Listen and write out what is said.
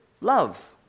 love